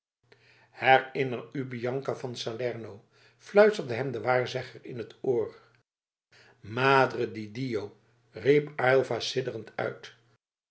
ricordatevi di bianca di salerno fluisterde hem de waarzegger in t oor madre di dio riep aylva sidderend uit